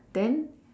then